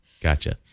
Gotcha